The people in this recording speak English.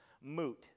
moot